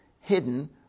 hidden